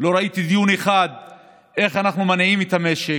לא ראיתי דיון אחד על איך אנחנו מניעים את המשק,